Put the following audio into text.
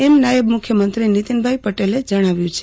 એમ નાયબ મુખ્ય મંત્રી નિતિનભાઈ પટેલે જણાવ્યું છે